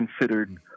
considered